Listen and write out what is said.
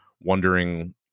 wondering